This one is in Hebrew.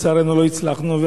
לצערנו לא הצלחנו,